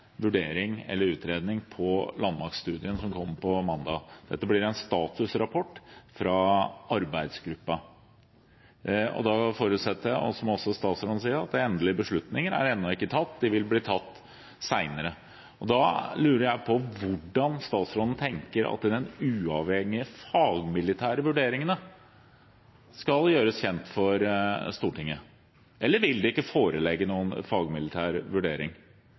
vurdering av eller utredning om landmaktstudien som kom på mandag. Dette blir en statusrapport fra arbeidsgruppen. Da forutsetter jeg, som også statsråden sier, at endelige beslutninger ennå ikke er tatt, de vil bli tatt senere. Da lurer jeg på hvordan statsråden tenker at de uavhengige fagmilitære vurderingene skal gjøres kjent for Stortinget. Eller vil det ikke foreligge noen fagmilitær vurdering?